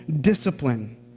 discipline